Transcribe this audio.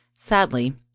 Sadly